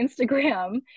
Instagram